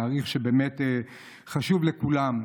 תאריך שבאמת חשוב לכולם.